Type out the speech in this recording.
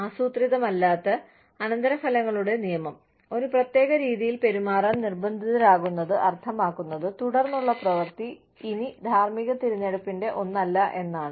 ആസൂത്രിതമല്ലാത്ത അനന്തരഫലങ്ങളുടെ നിയമം ഒരു പ്രത്യേക രീതിയിൽ പെരുമാറാൻ നിർബന്ധിതരാകുന്നത് അർത്ഥമാക്കുന്നത് തുടർന്നുള്ള പ്രവൃത്തി ഇനി ധാർമ്മിക തിരഞ്ഞെടുപ്പിന്റെ ഒന്നല്ല എന്നാണ്